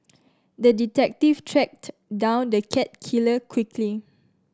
the detective tracked down the cat killer quickly